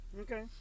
okay